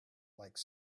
like